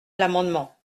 l’amendement